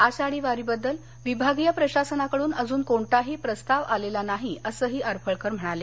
आषाढी वारीबद्दल विभागीय प्रशासनाकडुन अजून कोणताही प्रस्ताव आलेला नाही असंही आरफळकर म्हणाले